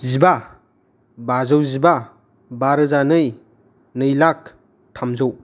जिबा बाजौ जिबा बा रोजा नै नैलाख थामजौ